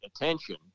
attention